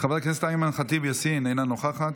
חברת הכנסת אימאן ח'טיב יאסין, אינה נוכחת,